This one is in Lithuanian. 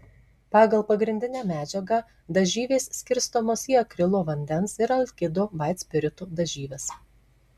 pagal pagrindinę medžiagą dažyvės skirstomos į akrilo vandens ir alkido vaitspirito dažyves